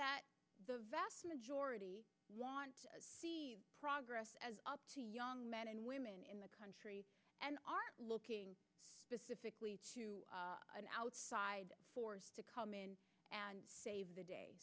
that the vast majority want to see progress as up to young men and women in the country and are looking for specifically to an outside force to come in and save the day